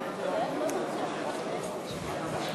אני מפנה את תשומת לבכם לכך שחבר הכנסת יצחק